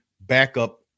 backup